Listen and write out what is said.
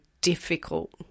difficult